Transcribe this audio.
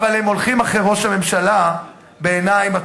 אבל הם הולכים אחרי ראש הממשלה בעיניים עצומות.